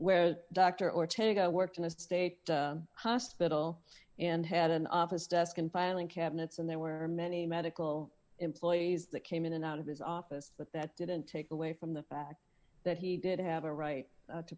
where a doctor or to go worked in a state hospital and had an office desk and filing cabinets and there were many medical employees that came in and out of his office but that didn't take away from the fact that he did have a right to